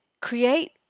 create